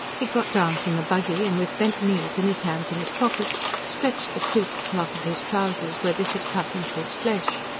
he got down from the buggy and, with bent knees and his hands in his pockets, stretched the creased cloth of his trousers, where this had cut into his flesh.